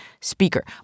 speaker